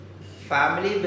Family